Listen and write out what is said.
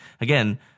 Again